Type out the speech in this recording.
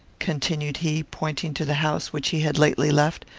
continued he, pointing to the house which he had lately left.